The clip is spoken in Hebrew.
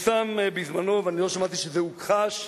פורסם בזמנו, ואני לא שמעתי שזה הוכחש,